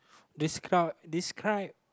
descri~ describe